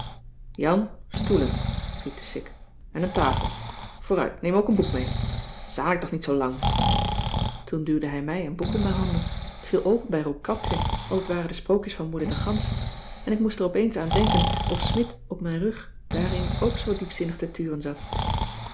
jan stoelen riep de sik en een tafel vooruit neem ook een boek mee zanik toch niet zoo lang toen duwde hij mij een boek in mijn handen t viel open bij roodkapje want het waren de sprookjes van moeder de gans en ik moest er opeens aan denken of smidt op mijn rug daarin ook zoo diepzinnig te turen zat